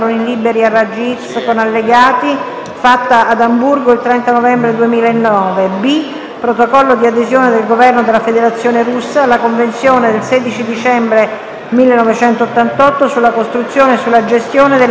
fatta ad Amburgo il 30 novembre 2009; B) Protocollo di adesione del Governo della Federazione russa alla Convenzione del 16 dicembre 1988 sulla costruzione e sulla gestione del laboratorio europeo